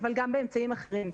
אבל גם באמצעים אחרים.